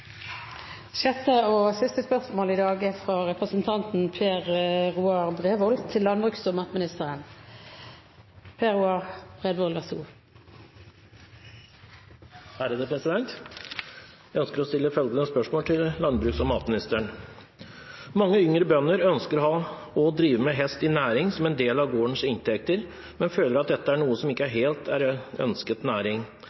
Jeg ønsker å stille følgende spørsmål til landbruks- og matministeren: «Mange yngre bønder ønsker å ha og drive med hest i næring som en del av gårdens inntekter, men føler at dette er noe som ikke helt er